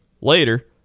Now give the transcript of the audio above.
later